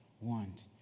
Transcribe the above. want